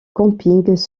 campings